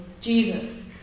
Jesus